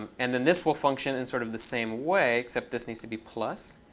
um and then this will function in sort of the same way, except this needs to be plus.